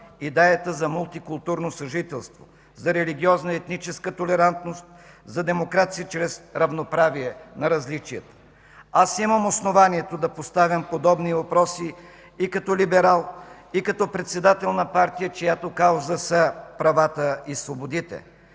идеята за мултикултурно съжителство, за религиозна и етническа толерантност, за демокрация чрез равноправие на различията. Аз имам основанието да поставям подобни въпроси и като либерал, и като председател на партия, чиято кауза са правата и свободите.